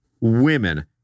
women